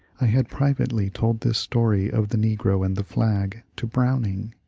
i had privately told this story of the negro and the flag to browning,